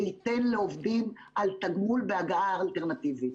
שייתן לעובדים על תגמול בהגעה אלטרנטיבית.